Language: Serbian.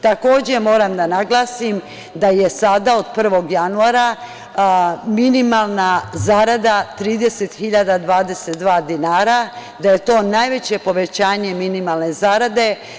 Takođe, moram da naglasim da je sada od 1. januara minimalna zarada 30.022,00 dinara, da je to najveće povećanje minimalne zarade.